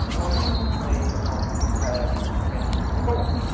noise may not impair anything at all.